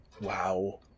Wow